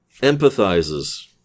empathizes